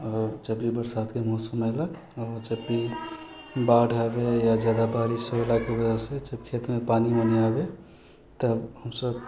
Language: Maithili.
आओर जब भी बरसातके मौसम अइलक आओर ओ जब भी बाढ़ आबे या जादा बारिश होलाके वजहसँ खेतमे पानि बनन्हिआँ आबे तब हमसभ